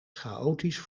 chaotisch